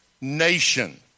nation